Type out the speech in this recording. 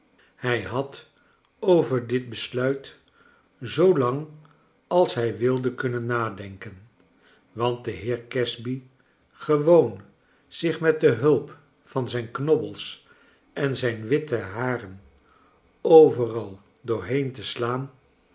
hij had over dit besluit zoo lang als hij wilde kunnen nadenken want de heer casby gewoo'n zich met de huip van zijn knobbels en zijn witte haren overal doorheen te slaan